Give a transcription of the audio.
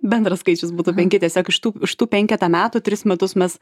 bendras skaičius būtų penki tiesiog iš tų iš tų penketą metų tris metus mes